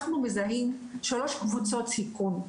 אנחנו מזהים שלוש קבוצות סיכון,